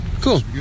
Cool